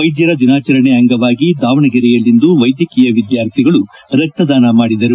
ವೈದ್ಯರ ದಿನಾಚರಣೆ ಆಂಗವಾಗಿ ದಾವಣಗೆರೆಯಲ್ಲಿಂದು ವೈದ್ಯಕೀಯ ವಿದ್ಯಾರ್ಥಿಗಳು ರಕ್ತದಾನ ಮಾಡಿದರು